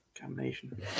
Combination